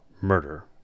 murder